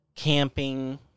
Camping